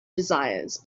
desires